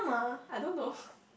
I don't know